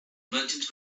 merchants